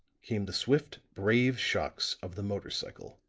came the swift, brave shocks of the motor cycle.